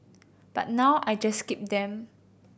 but now I just keep them